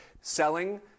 selling